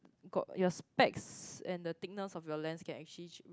got the specs and the thickness of your lens can actually